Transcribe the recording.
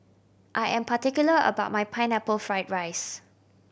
I am particular about my Pineapple Fried rice